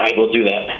and we'll do that.